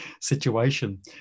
situation